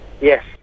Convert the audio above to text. Yes